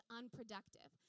unproductive